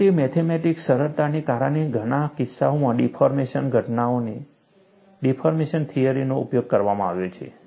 relative mathematical સરળતાને કારણે ઘણા કિસ્સાઓમાં ડિફોર્મેશન થિયરીનો ઉપયોગ કરવામાં આવ્યો છે